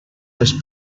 les